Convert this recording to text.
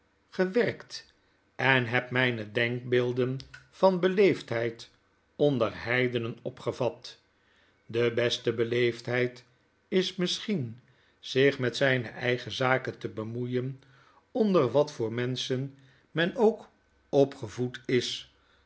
t en heb myne denkbeelden van beleefdheid onder heidenen opgevat de beste beleefdheid is misschien zich met zijne eigen zaken te bemoeien onder wat voor menschen men ook opgevoed is